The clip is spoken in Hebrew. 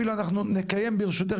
אנחנו נקיים ברשותך,